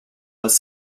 was